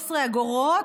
אגורות.